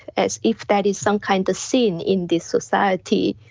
as if that is some kind of sin in this society,